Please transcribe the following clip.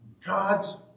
God's